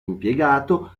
impiegato